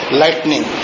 lightning (